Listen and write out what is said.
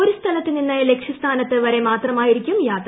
ഒരു സ്ഥലത്തു നിന്ന് ലക്ഷ്യസ്ഥാനത്ത് വരെ മാത്രമായിരിക്കും യാത്ര